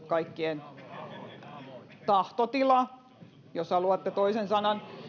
kaikkien tavoite tahtotila jos haluatte toisen sanan